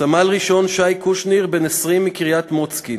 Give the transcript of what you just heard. סמל-ראשון שי קושניר, בן 20, מקריית-מוצקין,